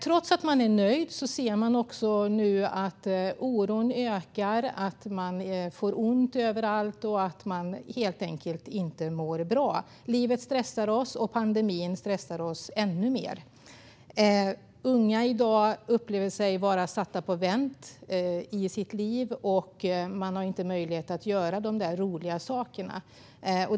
Trots att barnen är nöjda ser man nu att oron ökar. De får ont överallt och mår helt enkelt inte bra. Livet stressar oss, och pandemin stressar oss ännu mer. Unga i dag upplever sig vara satta på vänt i sitt liv. De har inte möjlighet att göra de roliga sakerna.